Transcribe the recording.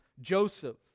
Joseph